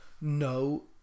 no